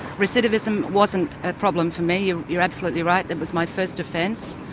recidivism wasn't a problem for me you're absolutely right, it was my first offence.